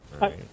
right